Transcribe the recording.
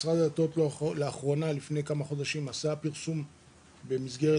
משרד הדתות לאחרונה עשה פרסום במסגרת